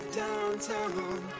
downtown